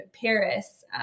Paris